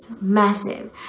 massive